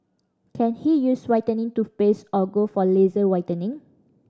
can he use whitening toothpaste or go for laser whitening